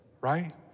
right